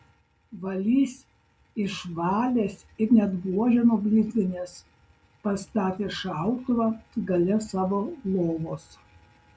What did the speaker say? valys išvalęs ir net buožę nublizginęs pastatė šautuvą gale savo lovos